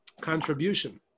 contribution